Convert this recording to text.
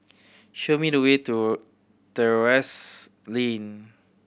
show me the way to Terrasse Lane